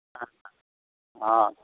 হ্যাঁ হ্যাঁ আচ্ছা